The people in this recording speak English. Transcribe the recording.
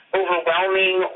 overwhelming